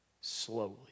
slowly